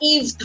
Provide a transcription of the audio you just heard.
Eve